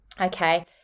okay